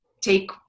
take